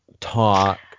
talk